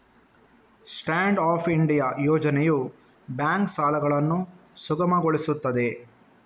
stand up India ಯೋಜನೆಯು bank ಸಾಲಗಳನ್ನು ಸುಗಮಗೊಳಿಸುತ್ತದೆ